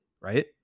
Right